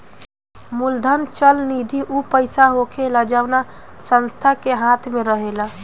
मूलधन चल निधि ऊ पईसा होखेला जवना संस्था के हाथ मे रहेला